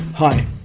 Hi